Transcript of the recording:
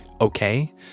okay